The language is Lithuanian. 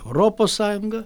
europos sąjunga